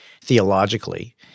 theologically